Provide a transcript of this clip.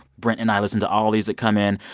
brent and i listen to all these that come in.